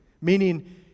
meaning